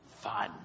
fun